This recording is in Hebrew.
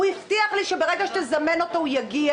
הוא הבטיח לי שברגע שתזמן אותו הוא יגיע.